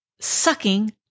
sucking